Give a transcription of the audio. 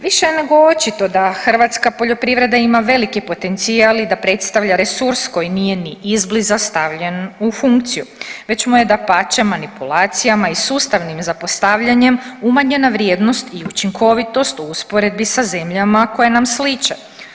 Više je nego očito da hrvatska poljoprivreda ima veliki potencijal i da predstavlja resurs koji nije ni izbliza stavljen u funkciju već mu je dapače manipulacijama i sustavnim zapostavljanjem umanjena vrijednost i učinkovitost u usporedbi sa zemljama koje nam sliče.